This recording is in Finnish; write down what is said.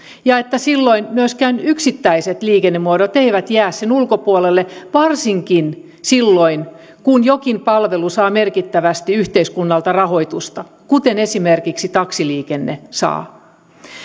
ja että silloin myöskään yksittäiset liikennemuodot eivät jää sen ulkopuolelle varsinkin silloin kun jokin palvelu saa merkittävästi yhteiskunnalta rahoitusta kuten esimerkiksi taksiliikenne saa